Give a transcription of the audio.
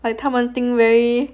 like 他们 think very